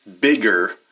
bigger